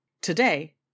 Today